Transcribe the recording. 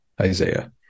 isaiah